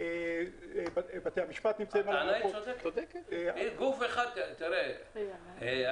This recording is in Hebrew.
בתי המשפט נמצאים על המערכות --- הטענה היא צודקת.